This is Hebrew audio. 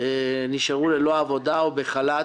נשארו ללא עבודה או בחל"ת.